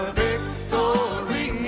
victory